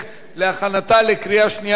שמונה בעד, אין מתנגדים, אין נמנעים.